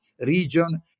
region